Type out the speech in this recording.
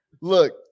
look